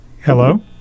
Hello